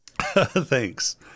Thanks